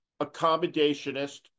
accommodationist